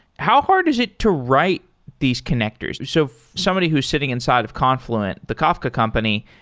how hard is it to write these connectors? so somebody who's sitting inside of confluent, the kafka company,